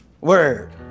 word